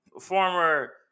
former